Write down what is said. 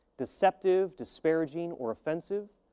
deceptive, disparaging or offensive,